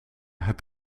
heb